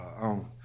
own